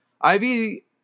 Ivy